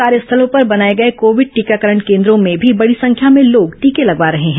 कार्यस्थलों पर बनाये गये कोविड टीकाकरण केन्द्रों में भी बड़ी संख्या में लोग टीके लगवा रहे हैं